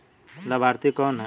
लाभार्थी कौन है?